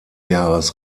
jahres